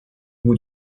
bout